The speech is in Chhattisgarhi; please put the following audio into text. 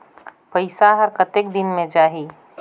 पइसा हर कतेक दिन मे जाही?